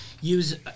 use